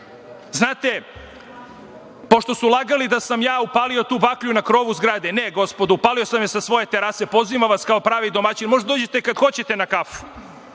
evra. Znate, pošto su lagali da sam ja upalio tu baklju na krovu zgrade, ne, gospodo, upalio sam je sa svoje terase, pozivam vas kao pravi domaćin, možete da dođete kad god hoćete na kafu.